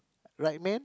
right man